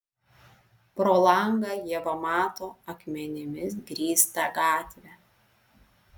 pro langą ieva mato akmenimis grįstą gatvę